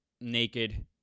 naked